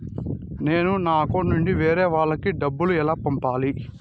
నేను నా అకౌంట్ నుండి వేరే వాళ్ళకి డబ్బును ఎలా పంపాలి?